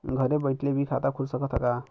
घरे बइठले भी खाता खुल सकत ह का?